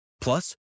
Plus